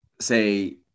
say